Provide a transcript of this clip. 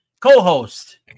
co-host